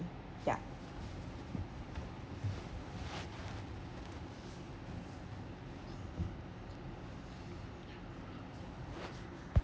ya